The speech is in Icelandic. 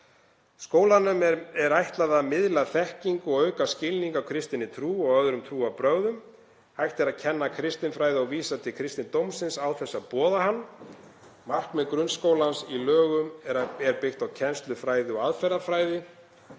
Skólanum er ætlað að miðla þekkingu og auka skilning á kristinni trú og öðrum trúarbrögðum. Hægt er að kenna kristinfræði og vísa til kristindómsins án þess að boða hann. Markmið grunnskólans í lögum er byggt á kennslufræði og aðferðafræði.